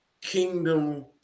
kingdom